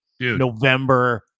November